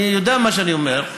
אני יודע מה שאני אומר.